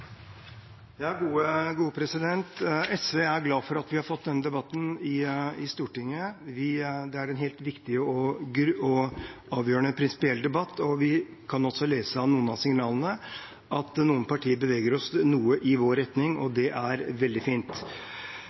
glad for at vi har fått denne debatten i Stortinget. Det er en viktig og helt avgjørende prinsipiell debatt. Vi kan også lese av noen av signalene at noen partier beveger seg noe i vår retning, og det er veldig fint.